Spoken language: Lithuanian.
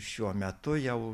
šiuo metu jau